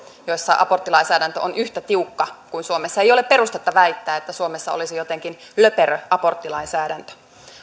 joissa aborttilainsäädäntö on yhtä tiukka kuin suomessa ei ole perustetta väittää että suomessa olisi jotenkin löperö aborttilainsäädäntö